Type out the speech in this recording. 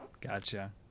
Gotcha